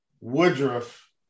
Woodruff